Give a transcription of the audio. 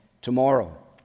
tomorrow